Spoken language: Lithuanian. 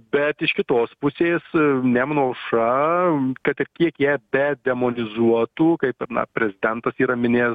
bet iš kitos pusės nemuno aušra kad ir kiek ją bedemonizuotų kaip ir prezidentas yra minėję